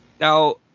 now